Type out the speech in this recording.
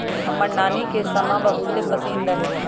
हमर नानी के समा बहुते पसिन्न रहै